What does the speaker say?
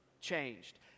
Changed